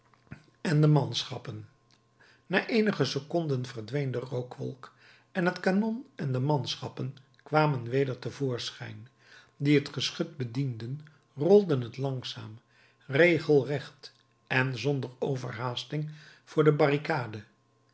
en de manschappen na eenige seconden verdween de rookwolk en het kanon en de manschappen kwamen weder te voorschijn die het geschut bedienden rolden het langzaam regelrecht en zonder overhaasting voor de barricade